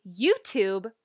YouTube